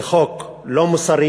זה חוק לא מוסרי.